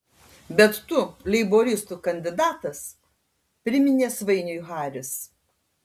bet tu leiboristų kandidatas priminė svainiui haris